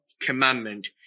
commandment